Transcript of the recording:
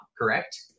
correct